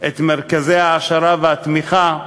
את מרכזי ההעשרה והתמיכה,